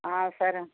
సరే